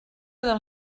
del